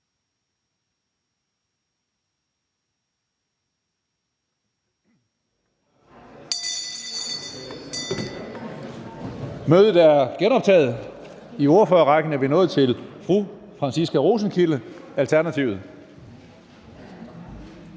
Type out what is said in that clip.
Mødet er genoptaget. I ordførerrækken er vi nået til fru Franciska Rosenkilde, Alternativet.